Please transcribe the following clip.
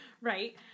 Right